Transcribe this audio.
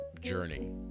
journey